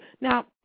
Now